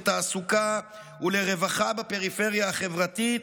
לתעסוקה ולרווחה בפריפריה החברתית,